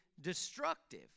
destructive